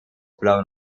blown